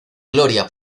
gloria